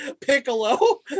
Piccolo